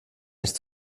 nicht